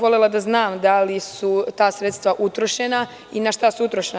Volela bih da znam da li su ta sredstva utrošena i na šta su utrošena?